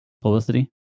publicity